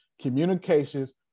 communications